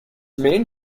main